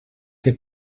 que